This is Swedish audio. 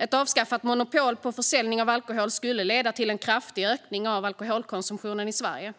Ett avskaffat monopol på försäljning av alkohol skulle leda till en kraftig ökning av alkoholkonsumtionen i Sverige.